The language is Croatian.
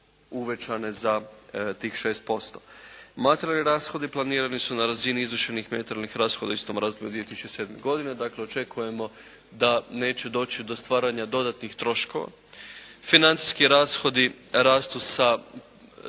uvećane za tih 6%. Materijalni rashodi planirani su na razini izvršenih materijalnih rashoda u istom razdoblju 2007. godine. Dakle očekujemo da neće doći do stvaranja dodatnih troškova. Financijski rashodi rastu sa